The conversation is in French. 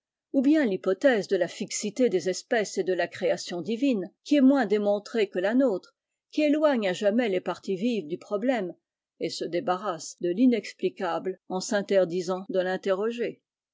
ou bien thypothèse de la iixité des espèces et de la création divine qui est moins démontrée que la bôtre qui éloigne à jamais les parties vives du problème et se débarrasse de tinexplicable en s'inter disant de l'interroger